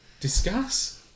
discuss